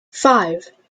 five